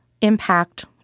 impact